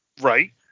Right